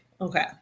Okay